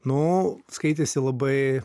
nu skaitėsi labai